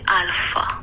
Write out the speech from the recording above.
alpha